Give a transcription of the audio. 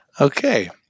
Okay